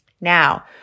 Now